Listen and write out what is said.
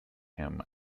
him